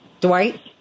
Dwight